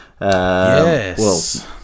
Yes